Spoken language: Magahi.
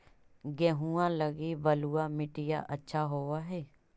गेहुआ लगी बलुआ मिट्टियां अच्छा होव हैं?